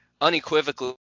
unequivocally